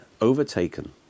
overtaken